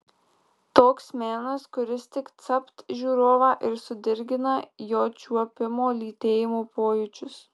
toks menas kuris tik capt žiūrovą ir sudirgina jo čiuopimo lytėjimo pojūčius